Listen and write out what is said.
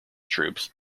troupes